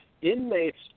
Inmates